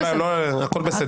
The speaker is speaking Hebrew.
הכול בסדר.